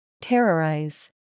Terrorize